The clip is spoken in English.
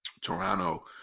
toronto